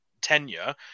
tenure